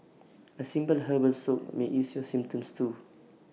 A simple herbal soak may ease your symptoms too